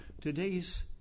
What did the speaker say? Today's